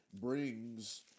brings